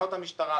תחנות המשטרה,